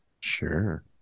Sure